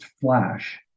flash